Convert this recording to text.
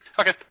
Okay